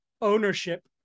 ownership